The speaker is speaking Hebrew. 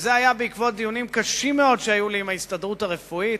וזה בעקבות דיונים קשים מאוד שהיו לי עם ההסתדרות הרפואית,